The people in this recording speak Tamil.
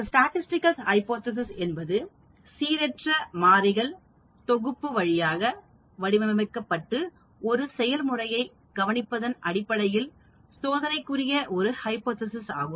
ஒரு ஸ்டதிஸ்டிகல் ஹைபோதேசிஸ் என்பது சீரற்ற மாறிகள் தொகுப்பு வழியாக வடிவமைக்கப்பட்ட ஒரு செயல்முறையை கவனிப்பதன் அடிப்படையில் சோதனைக்குரிய ஒரு ஹைபோதேசிஸ் ஆகும்